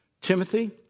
Timothy